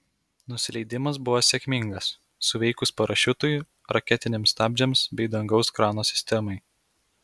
nusileidimas buvo sėkmingas suveikus parašiutui raketiniams stabdžiams bei dangaus krano sistemai